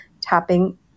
tapping